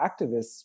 activists